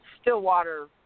Stillwater